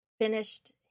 finished